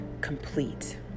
complete